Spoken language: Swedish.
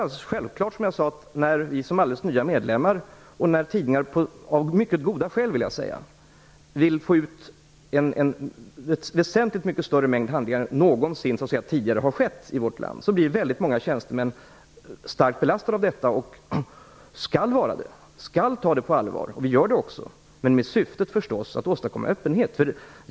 Vi är alldeles nya medlemmar. När tidningar av mycket goda skäl vill få ut en väsentligt mycket större mängd handlingar än någonsin tidigare i vårt land blir väldigt många tjänstemän starkt belastade. De skall vara det. De skall ta det på allvar med syftet att åstadkomma öppenhet.